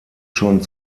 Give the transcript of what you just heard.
schon